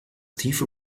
tiefe